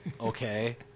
Okay